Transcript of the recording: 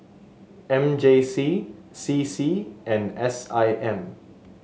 M J C C C and S I M